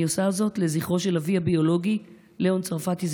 אני עושה זאת לזכרו של אבי הביולוגי לאון צרפתי,